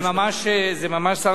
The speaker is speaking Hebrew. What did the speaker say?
זה ממש שר המשפטים.